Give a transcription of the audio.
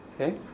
okay